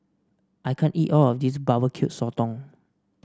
I can't eat all of this Barbecue Sotong